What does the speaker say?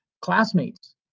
classmates